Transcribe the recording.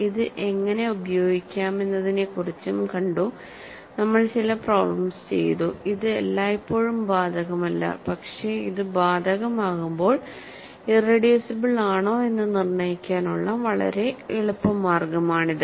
ഇത് എങ്ങനെ ഉപയോഗിക്കാമെന്നതിനെക്കുറിച്ചും കണ്ടുനമ്മൾ ചില പ്രോബ്ലെംസ് ചെയ്തു ഇത് എല്ലായ്പ്പോഴും ബാധകമല്ല പക്ഷേ ഇത് ബാധകമാകുമ്പോൾ ഇറെഡ്യൂസിബിൾ ആണോ എന്ന് നിർണ്ണയിക്കാനുള്ള വളരെ എളുപ്പമാർഗ്ഗമാണിത്